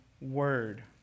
word